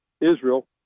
Israel